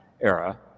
era